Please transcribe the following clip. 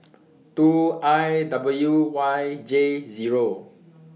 two I W Y J Zero